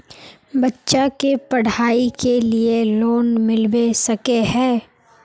बच्चा के पढाई के लिए लोन मिलबे सके है?